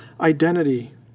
identity